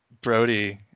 Brody